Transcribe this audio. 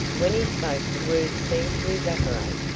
when he spoke the words seemed to evaporate,